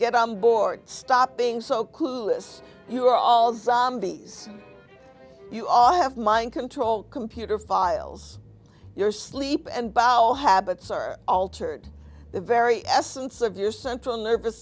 get on board stop being so clueless you are all zombies you all have mind control computer files your sleep and bowel habits are altered the very essence of your central nervous